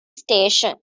station